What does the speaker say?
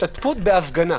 והשתתפות בהפגנה.